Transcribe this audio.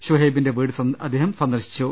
ഷുഹൈബിന്റെ വീട് അദ്ദേഹം സന്ദർശിച്ചു